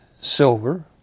silver